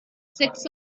six